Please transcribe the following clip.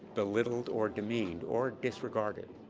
belittled or demeaned or disregarded